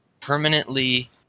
permanently